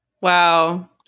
Wow